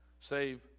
Save